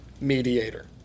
mediator